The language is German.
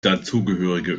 dazugehörige